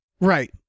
Right